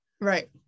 right